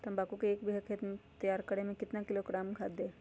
तम्बाकू के एक बीघा खेत तैयार करें मे कितना किलोग्राम खाद दे?